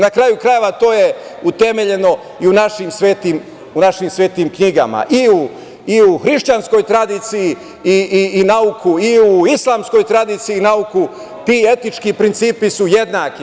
Na kraju krajeva, to je utemeljeno i u našim svetim knjigama, i u hrišćanskoj tradiciji, i nauku, i u islamskoj tradiciji nauku, ti etnički principi su jednaki.